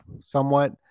somewhat